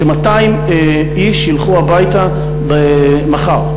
ש-200 איש ילכו הביתה מחר?